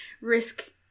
risk